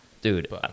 dude